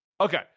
Okay